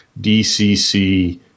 DCC